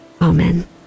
Amen